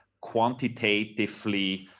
quantitatively